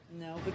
No